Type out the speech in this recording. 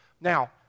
Now